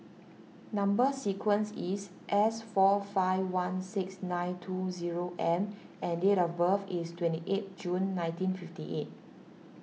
Number Sequence is S four five one six nine two zero M and date of birth is twenty eight June nineteen fifty eight